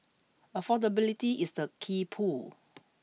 affordability is the key pull